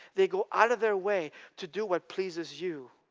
they go out of their way to do what pleases you,